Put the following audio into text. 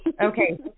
Okay